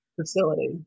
facility